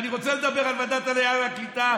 ואני רוצה לדבר על ועדת העלייה והקליטה,